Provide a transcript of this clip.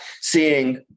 seeing